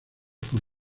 por